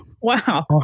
wow